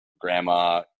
grandma